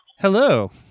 Hello